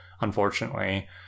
unfortunately